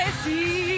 see